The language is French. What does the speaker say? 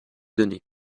donner